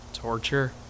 torture